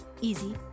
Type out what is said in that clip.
easy